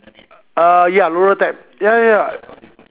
uh ya roller type ya ya